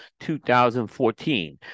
2014